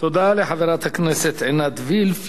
תודה לחברת הכנסת עינת וילף.